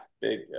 Big